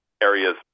areas